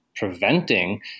preventing